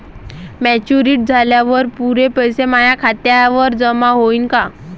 Maturity झाल्यावर पुरे पैसे माया खात्यावर जमा होईन का?